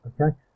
Okay